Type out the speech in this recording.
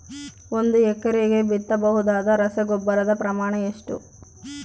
ಒಂದು ಎಕರೆಗೆ ಬಿತ್ತಬಹುದಾದ ರಸಗೊಬ್ಬರದ ಪ್ರಮಾಣ ಎಷ್ಟು?